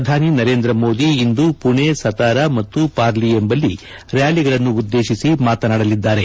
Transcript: ಪ್ರಧಾನಿ ನರೇಂದ್ರ ಮೋದಿ ಇಂದು ಮಣೆ ಸತಾರ ಮತ್ತು ಪಾರ್ಲಿ ಎಂಬಲ್ಲಿ ರ್ಡಾಲಿಗಳನ್ನು ಉದ್ದೇಶಿಸಿ ಮಾತನಾಡಲಿದ್ದಾರೆ